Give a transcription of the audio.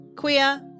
Queer